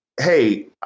hey